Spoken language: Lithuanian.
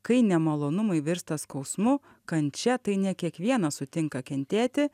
kai nemalonumai virsta skausmu kančia tai ne kiekvienas sutinka kentėti